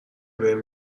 بریم